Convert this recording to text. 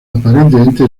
aparentemente